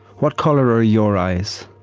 what colour are your eyes?